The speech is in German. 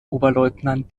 oberleutnant